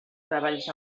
treballs